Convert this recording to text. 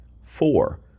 Four